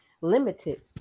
limited